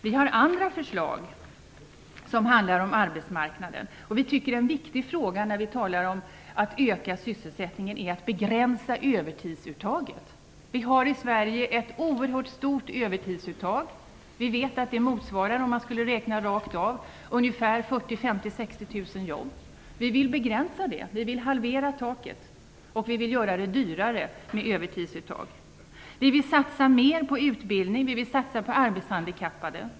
Vi har andra förslag som handlar om arbetsmarknaden. En viktig fråga när vi talar om att öka sysselsättningen tycker vi är att begränsa övertidsuttaget. Vi har ett oerhört stort övertidsuttag i Sverige. Vi vet att det motsvarar ungefär 40 000-60 000 jobb om vi skulle räkna rakt av. Vi vill begränsa det och halvera taket. Vi vill göra övertidsuttagen dyrare. Vi vill satsa mer på utbildning. Vi vill satsa på arbetshandikappade.